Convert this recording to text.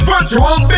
Virtual